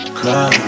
cry